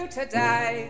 today